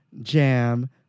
jam